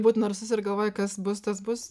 būt narsus ir galvoji kas bus tas bus